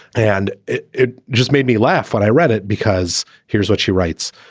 and it it just made me laugh when i read it, because here's what she writes.